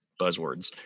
buzzwords